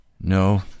No